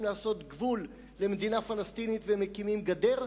לעשות גבול למדינה פלסטינית ומקימים גדר,